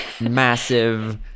massive